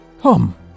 Come